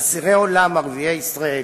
אסירי עולם ערביי ישראל